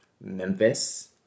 Memphis